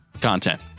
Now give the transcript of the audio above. content